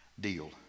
Deal